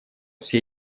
все